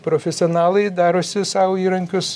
profesionalai darosi sau įrankius